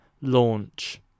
launch